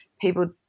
people